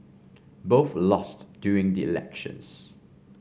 both lost during the elections